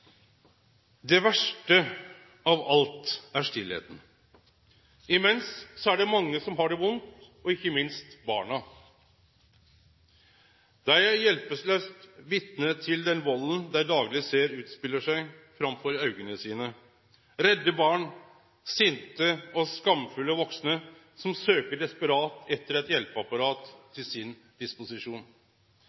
Det verste av alt er stillheita. Imens er det mange som har det vondt, ikkje minst barna. Dei er hjelpelause vitne til den valden dei dagleg ser utspelar seg framfor auga sine – redde barn, sinte og skamfulle vaksne som søkjer desperat etter eit hjelpeapparat til sin disposisjon.